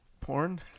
Porn